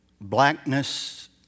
blackness